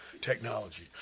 technology